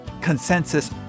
consensus